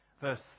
verse